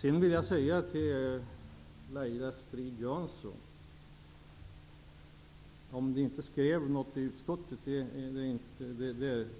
Jag vill säga till Laila Strid-Jansson, bortsett från om de skrev något i utskottet eller inte, att